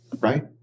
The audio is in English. right